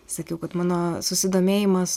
sakiau kad mano susidomėjimas